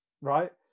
right